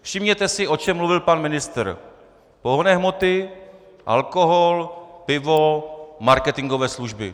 Všimněte si, o čem mluvil pan ministr: pohonné hmoty, alkohol, pivo, marketingové služby.